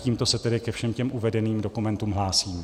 Tímto se tedy ke všem těm uvedeným dokumentům hlásím.